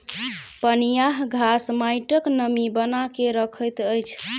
पनियाह घास माइटक नमी बना के रखैत अछि